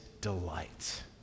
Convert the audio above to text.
delight